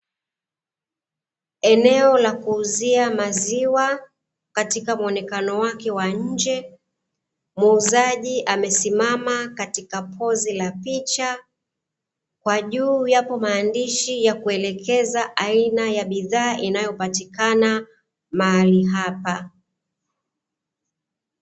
Eneo la kuuzia maziwa, katika muonekano wake wa nje, muuzaji amesimama katika pozi la picha kwa juu yako maandishi yanayo elekeza aina ya bidhaa inayo patikana mahali hapa.